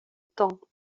temps